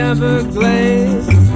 Everglades